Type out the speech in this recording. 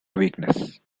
weakness